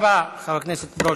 תודה רבה, חבר הכנסת ברושי.